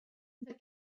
the